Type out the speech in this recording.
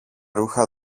ρούχα